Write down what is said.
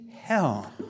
Hell